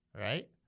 right